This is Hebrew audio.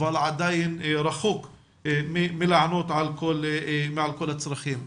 אבל עדיין רחוק מלענות על כל הצרכים.